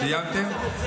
סיימתם?